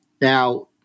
Now